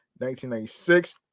1996